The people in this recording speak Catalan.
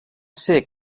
ser